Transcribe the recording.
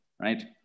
right